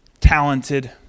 talented